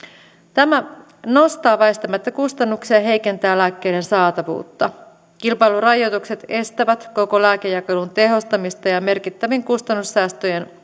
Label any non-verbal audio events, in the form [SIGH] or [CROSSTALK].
tämä nostaa väistämättä kustannuksia ja heikentää lääkkeiden saatavuutta kilpailurajoitukset estävät koko lääkejakelun tehostamista ja merkittävien kustannussäästöjen [UNINTELLIGIBLE]